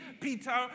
Peter